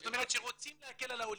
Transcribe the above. זאת אומרת שרוצים להקל על העולים,